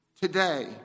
today